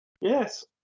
Yes